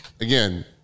Again